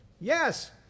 Yes